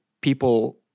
people